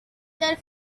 their